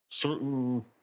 certain